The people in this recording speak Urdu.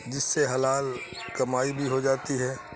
جس سے حلال کمائی بھی ہو جاتی ہے